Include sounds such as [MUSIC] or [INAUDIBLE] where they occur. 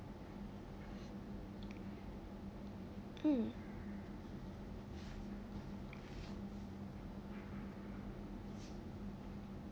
[BREATH] mm